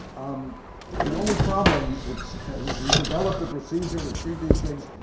um the only problem, it says, he developed a procedure to treat these things,